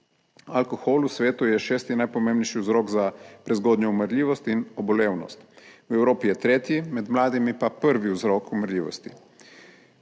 Alkohol v svetu je šesti najpomembnejši vzrok za prezgodnjo umrljivost in obolevnost, v Evropi je tretji, med mladimi pa prvi vzrok umrljivosti.